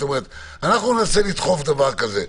אנחנו ננסה לדחוף דבר כזה.